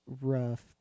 rough